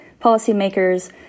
policymakers